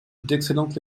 d’excellentes